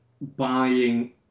buying